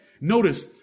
Notice